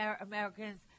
Americans